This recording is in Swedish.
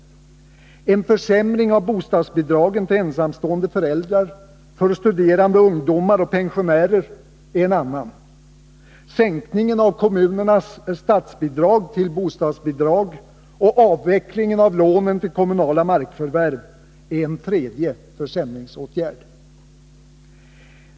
En försämring av bostadsbidragen till ensamstående föräldrar, till studerande ungdomar och pensionärer är en annan punkt. Sänkningen av kommunernas statsbidrag till bostadsbidrag och avvecklingen av lånen till kommunala markförvärv är en tredje försämringsåtgärd.